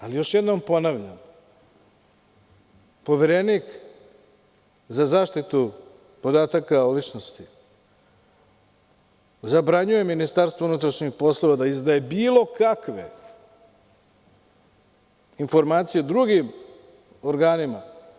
Ali, još jednom ponavljam, Poverenik za zaštitu podataka o ličnosti zabranjuje Ministarstvu unutrašnjih poslova da izdaje bilo kakve informacije drugim organima.